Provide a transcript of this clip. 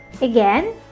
Again